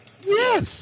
Yes